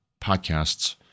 podcasts